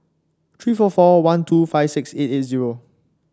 three four four one two five six eight eight zero